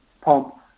pump